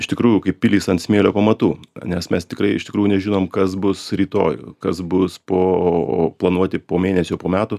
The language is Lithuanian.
iš tikrųjų kaip pilys ant smėlio pamatų nes mes tikrai iš tikrųjų nežinom kas bus rytoj kas bus po o planuoti po mėnesio po metų